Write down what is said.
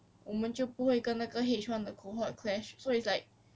我们就不会跟那个 H one 的 cohort clash so it's like